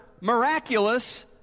miraculous